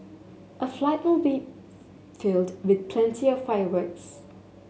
a fight be filled with plenty of fireworks